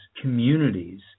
communities